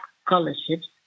scholarships